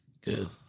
Good